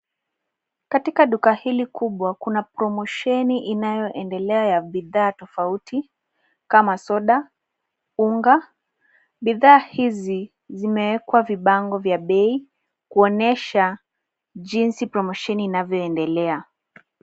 Katika duka hili kubwa kuna promosheni inayoendelea ya bidhaa tofauti kama soda, unga. Bidhaa hizi zimeekwa vibango vya bei kuonyesha jinsi promosheni inavyoendelea.